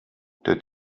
der